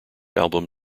album